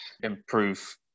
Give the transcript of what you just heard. improve